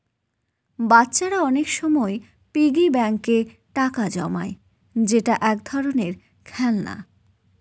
বাচ্চারা অনেক সময় পিগি ব্যাঙ্কে টাকা জমায় যেটা এক ধরনের খেলনা